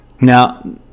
Now